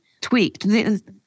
tweaked